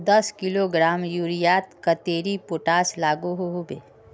दस किलोग्राम यूरियात कतेरी पोटास लागोहो होबे?